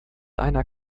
einer